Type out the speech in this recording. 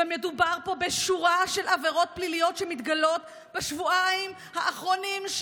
ומדובר פה בשורה של עבירות פליליות שמתגלות בשבועיים האחרונים,